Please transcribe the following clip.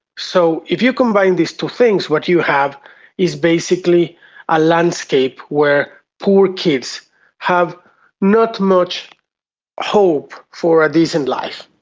so if you combine these two things, what you have is basically a landscape where poor kids have not much hope for a decent life.